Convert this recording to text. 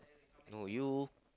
no you